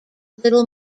little